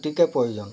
অতিকে প্ৰয়োজন